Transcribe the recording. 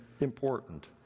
important